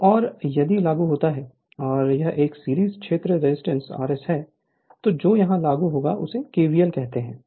तो और यदि लागू होता है और यह एक सीरीज क्षेत्र रेजिस्टेंस R S है और जो यहां लागू होता है उसे KVL कहते हैं